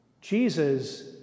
Jesus